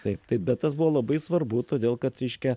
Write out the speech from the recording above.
taip tai bet tas buvo labai svarbu todėl kad reiškia